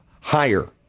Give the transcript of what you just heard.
higher